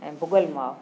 ऐं भुॻल माओ